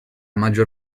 maggior